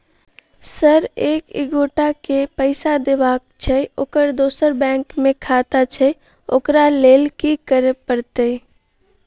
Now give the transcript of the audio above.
Sir एक एगोटा केँ पैसा देबाक छैय ओकर दोसर बैंक मे खाता छैय ओकरा लैल की करपरतैय?